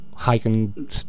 hiking